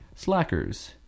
Slackers